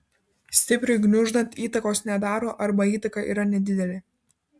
stipriui gniuždant įtakos nedaro arba įtaka yra nedidelė